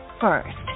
first